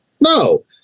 No